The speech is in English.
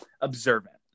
observant